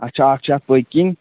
اتھ چھُ اَکھ چھُ اتھ پٔتۍ کِنۍ